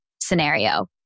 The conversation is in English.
scenario